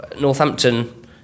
Northampton